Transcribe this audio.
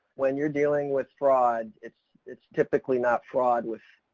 when you're dealing with fraud, it's, it's typically not fraud with